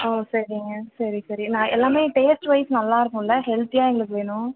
ஓ சரிங்க சரி சரி நான் எல்லாம் டேஸ்ட் வைஸ் நல்லாருக்கும்ல ஹெல்த்தியாக எங்களுக்கு வேணும்